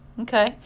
okay